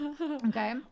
Okay